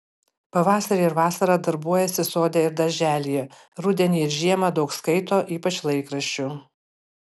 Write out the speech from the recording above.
pavasarį ir vasarą darbuojasi sode ir darželyje rudenį ir žiemą daug skaito ypač laikraščių